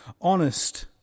honest